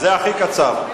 זה הכי קצר.